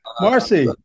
Marcy